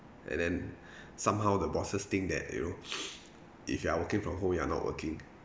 and then somehow the bosses think that you know if you are working from home you are not working